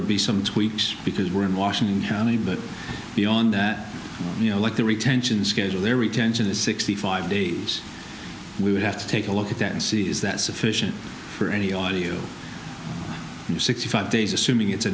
would be some tweaks because we're in washington county but beyond that you know like the retention schedule their retention is sixty five days we would have to take a look at that and see is that sufficient for any all you know sixty five days assuming it's a